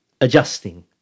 adjusting